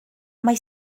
mae